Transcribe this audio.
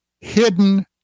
hidden